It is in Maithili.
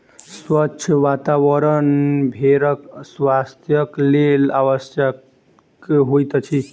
स्वच्छ वातावरण भेड़क स्वास्थ्यक लेल आवश्यक होइत अछि